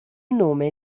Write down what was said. nome